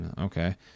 okay